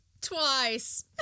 Twice